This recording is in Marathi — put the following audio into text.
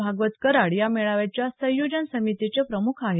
भागवत कराड या मेळाव्याच्या संयोजन समितीचे प्रमुख आहेत